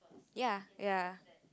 ya ya